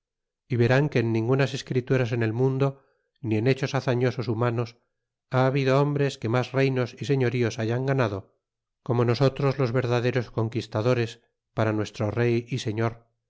y verán que en ningunas escrituras en el mundo ni en hechos dañosos humanos ha habido hombres que mas reynos y seorios hayan ganado como nosotros los verdaderos conquistadores para nuestro rey y señor